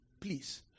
Please